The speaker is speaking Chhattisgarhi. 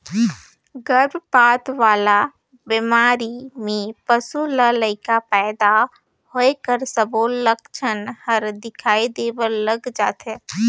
गरभपात वाला बेमारी में पसू ल लइका पइदा होए कर सबो लक्छन हर दिखई देबर लग जाथे